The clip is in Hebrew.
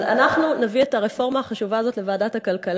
אנחנו נביא את הרפורמה החשובה הזאת לוועדת הכלכלה.